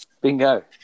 Bingo